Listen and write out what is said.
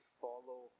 follow